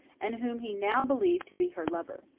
and whom he now believed to be her lover.